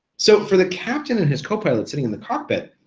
so for the captain and his co-pilot sitting in the cockpit,